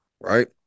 Right